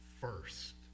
first